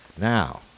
Now